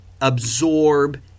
absorb